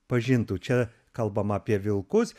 pažintų čia kalbam apie vilkus